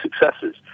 successes